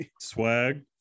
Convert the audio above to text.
Swag